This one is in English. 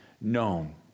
known